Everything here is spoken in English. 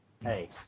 hey